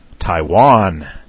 Taiwan